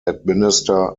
administer